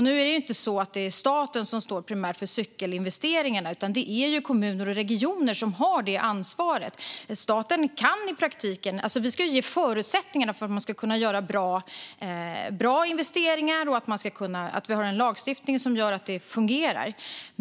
Nu är det inte staten som primärt står för cykelinvesteringarna, utan det är kommuner och regioner som har det ansvaret. Staten ska ge förutsättningar för att göra bra investeringar, och det ska finnas en lagstiftning som gör att de fungerar.